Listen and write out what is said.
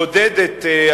אז למה העלו באוטובוסים?